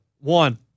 One